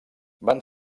van